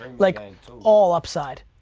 like all upside.